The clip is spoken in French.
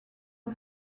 aux